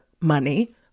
money